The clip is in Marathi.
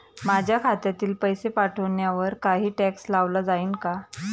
माझ्या खात्यातील पैसे पाठवण्यावर काही टॅक्स लावला जाईल का?